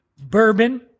Bourbon